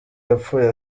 yapfuye